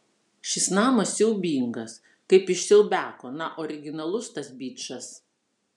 šis namas siaubingas kaip iš siaubiako na originalus tas bičas